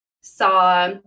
saw